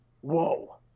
Whoa